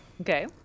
okay